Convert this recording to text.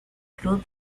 club